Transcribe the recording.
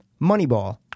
Moneyball